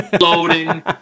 loading